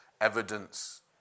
evidence